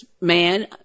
man